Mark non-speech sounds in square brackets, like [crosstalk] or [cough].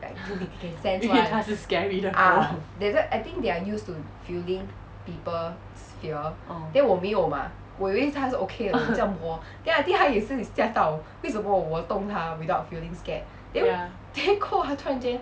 [laughs] 因为它是 scary 的狗 uh [laughs] ya